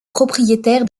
propriétaire